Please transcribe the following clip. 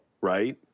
right